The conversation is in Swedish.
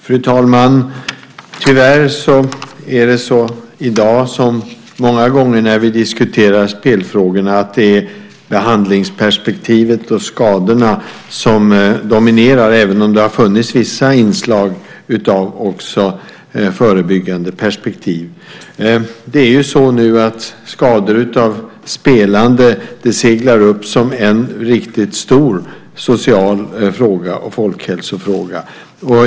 Fru talman! Tyvärr är det i dag liksom så många gånger när vi diskuterar spelfrågorna så att det är behandlingsperspektivet och skadorna som dominerar, även om det har funnits vissa inslag också av ett förebyggande perspektiv. Skador av spelande seglar upp som en riktigt stor social fråga och folkhälsofråga.